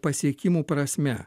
pasiekimų prasme